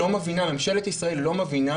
ממשלת ישראל לא מבינה,